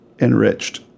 Enriched